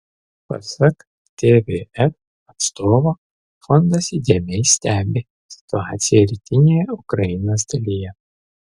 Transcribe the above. pasak tvf atstovo fondas įdėmiai stebi situaciją rytinėje ukrainos dalyje